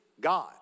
God